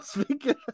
speaking